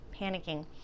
panicking